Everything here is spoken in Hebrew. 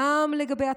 גם לגבי התוכן,